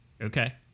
Okay